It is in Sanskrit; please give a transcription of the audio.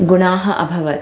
गुणाः अभवत्